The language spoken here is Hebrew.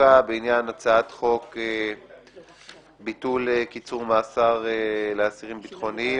החוקה בעניין הצעת חוק ביטול קיצור מאסר לאסירים ביטחוניים.